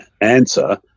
answer